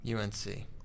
UNC